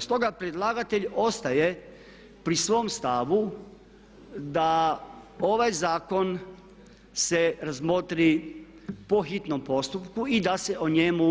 Stoga predlagatelj ostaje pri svom stavu da ovaj zakon se razmotri po hitnom postupku i da se o njemu